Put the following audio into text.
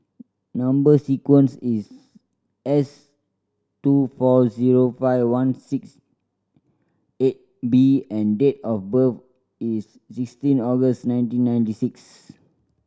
number sequence is S two four zero five one six eight B and date of birth is sixteen August nineteen ninety six